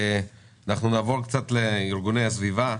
נעבור לארגוני הסביבה.